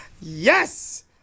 Yes